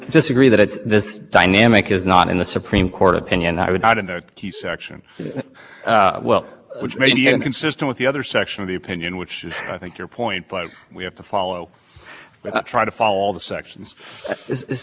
required to act at that three year deadline afternoon x issues and so there's this this dynamic of you sitting saying saying oh if i can just if another state contributed that same problem also makes the reductions then i'm off the hook and i don't have